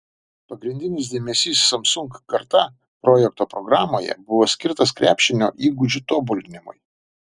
pagrindinis dėmesys samsung karta projekto programoje buvo skirtas krepšinio įgūdžių tobulinimui